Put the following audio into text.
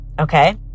Okay